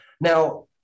Now